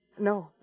No